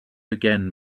again